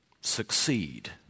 succeed